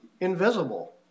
invisible